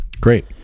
Great